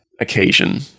occasion